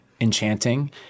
enchanting